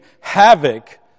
havoc